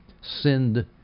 send